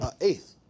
eighth